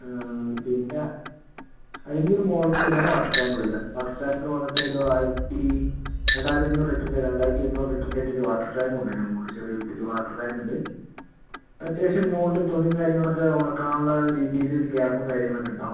പിന്നെ അതിൻ്റ മുകളിലേക്ക് തന്നെ ആണ് വാട്ടർ ടാങ്ക് വരിക വാട്ടർ ടാങ്ക് വന്നിട്ട് ഒരു ആയിരത്തി രണ്ടായിരത്തഞ്ഞൂറ് ലിറ്ററിൻ്റ രണ്ടായിരത്തി എണ്ണൂറ് ലിറ്ററിൻ്റ ഇട്ടിട്ട് വാട്ടർ ടാങ്കും ഉണ്ട് മുകളില് ചെറിയ ഒര് ഇതില് വാട്ടർ ടാങ്ക് ഉണ്ട് അത്യാവശ്യം മുകളില് തുണിയും കാര്യങ്ങൾ ഒക്കെ ഒണക്കാൻ ഇള്ള രീതിയിൽ ഒരു ഗ്യാപ്പും കാര്യങ്ങൾ ഒക്കെ ഉണ്ടാവും